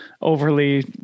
overly